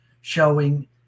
showing